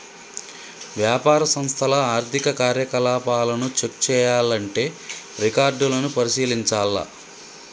వ్యాపార సంస్థల ఆర్థిక కార్యకలాపాలను చెక్ చేయాల్లంటే రికార్డులను పరిశీలించాల్ల